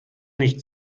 nicht